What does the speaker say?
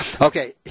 Okay